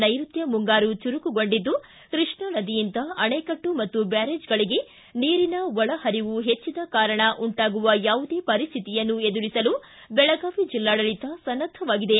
ನೈರುತ್ತ ಮುಂಗಾರು ಚುರುಕುಗೊಂಡಿದ್ದು ಕೃಷ್ಣಾ ನದಿಯಿಂದ ಅಣಕಟ್ಟು ಮತ್ತು ಬ್ಯಾರೇಜ್ಗಳಿಗೆ ನೀರಿನ ಒಳಪರಿವು ಹೆಚ್ಚಿದ ಕಾರಣ ಉಂಟಾಗುವ ಯಾವುದೇ ಪರಿಸ್ತಿತಿಯನ್ನು ಎದುರಿಸಲು ಬೆಳಗಾವಿ ಜಿಲ್ಲಾಡಳಿತ ಸನ್ನದ್ದವಾಗಿದೆ